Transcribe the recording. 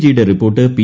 G യുടെ report P